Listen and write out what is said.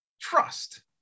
trust